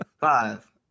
Five